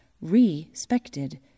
respected